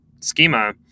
schema